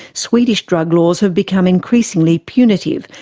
swedish drug laws have become increasingly punitive,